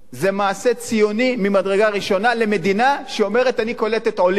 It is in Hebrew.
מעשה ציוני ממדרגה ראשונה למדינה שאומרת: אני קולטת עולים.